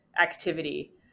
activity